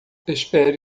espere